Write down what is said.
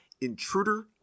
Intruder